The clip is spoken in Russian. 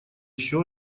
еще